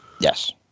yes